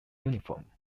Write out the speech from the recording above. uniform